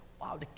wow